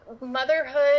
motherhood